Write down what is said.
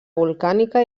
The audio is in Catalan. volcànica